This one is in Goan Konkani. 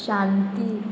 शांती